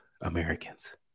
Americans